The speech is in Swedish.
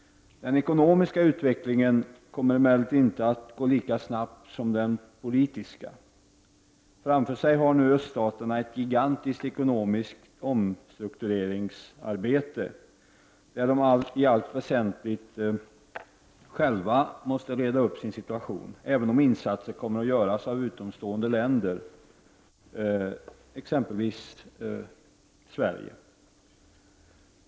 Den ekonomiska utvecklingen kommer emellertid inte att gå lika snabbt som den politiska. Framför sig har nu öststaterna ett gigantiskt ekonomiskt omstruktureringsarbete, där de själva i allt väsentligt måste reda upp sin situation, även om insatser kommer att göras av utomstående länder, exempelvis Sverige.